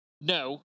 no